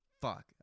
fuck